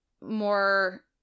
more